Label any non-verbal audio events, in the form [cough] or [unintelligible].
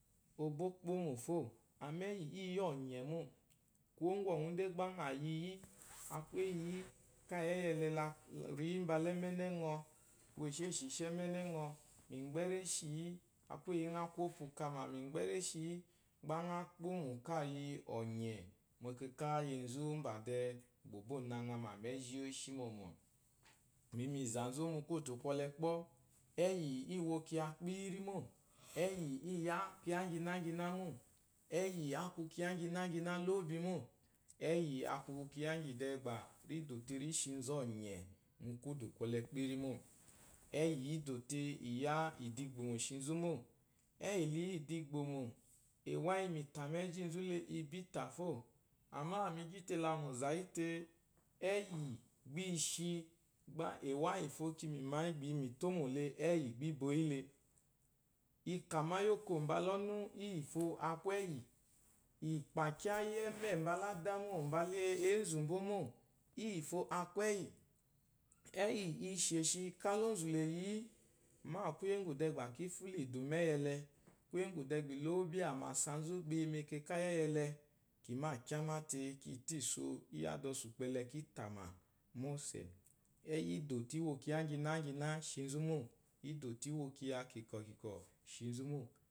Ɔ̀ gbà ó kpómò fô, àmá ɛ́yì íi yá ɔ̀nƴɛ̀ mô. kwuwó ŋgwɔ̀nwù ń dé gbá ŋà yi yí, a kwu eyi yí káa ɛ́yì ɛlɛ la kwù ri yí mbala ɛ́mɛ́nɛ́ ŋɔ, wo èshêshì shi ɛ́mɛ́nɛ́ ŋɔ, ìmgbɛ́ réshíi yí, [unintelligible] ìmgbɛ́ réshíi yí, gbá ŋá kpómò ká yi ɔ̀nyɛ̀ mɛkɛkà íyì enzu úmbà dɛɛ gbà ò bô na ŋa mà mɛ́zhí íyì óshí mɔmɔ̀. Mi mìzà nzú mu kwôtò kwɔlɛ, kpɔ́, ɛ́yì íi wo kyiya kpíírí mô, ɛ́yì íi yá kyiya íŋgyináŋginá mô, ɛ́yì a kwu kyiya íŋgináná loobi mô, ɛ́yì a kwu kyiya íŋgì dɛɛ gbà rí dò te rí shi nzú ɔ̀nyɛ̀ mu kwúdù kwɔlɛ kpíírí mô. Ɛ́yí í dò tee, ì yá ìdigbòmò shi nzú mô. Ɛ́yì la yá ídigbòmò, ɛ̀wà yi mìtà mɛ́zhíi nzú le i bí tà fô. Àmâ mi gyi te la mì zà yí tee, ɛ́yì gbá i shi gbà ɛ̀wà íyìfo kì mìmá yí gbà i yi mìtómò le, ɛ́yì gbá i bo yí le. Ikàmà íyì óko mbala ɔ́nú, íyìfo a kwu ɛ́yì. Ìkpàkyáá íyì ɛ́mɛ́ mbala ádá mô mbala énzù mbó mô íyìfo a kwu ɛ́yì. Ɛ́yì i shòshi, káa ónzù lè yi yì. Mâ kwúyè úŋgwù dɛɛ gbà kí fúlò ìdù mu ɛ́yì ɛlɛ, kwúyè úŋgwù dɛɛ gbà ìlóóbi íyì amàsa nzú gbà i yi mɛkɛkà íyì ɛ́yì ɛlɛ, kì mâ kyáá mate kìi tó ìsso íyì ádasùkpò ɛlɛ kí tamà mósɛ̀. Ɛ́yì í dò te ǐ wo kyiya íŋyináŋgyiná shi nzú mô, í dò te ǐ wo kyiya kìkɔ̀ kìkɔ̀ shi nzú mô.